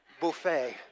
buffet